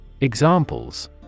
Examples